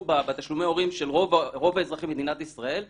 בתשלומי הורים של רוב אזרחי מדינת ישראל.